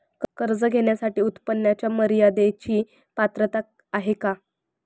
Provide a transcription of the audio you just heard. कर्ज घेण्यासाठी उत्पन्नाच्या मर्यदेची पात्रता आहे का?